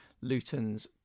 Luton's